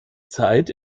zeit